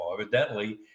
Evidently